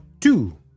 two